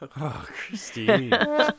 Christine